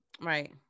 Right